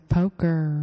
Poker